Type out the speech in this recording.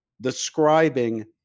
describing